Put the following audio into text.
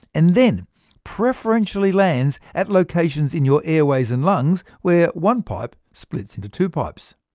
and then preferentially lands at locations in your airways and lungs, where one pipe splits into two pipes.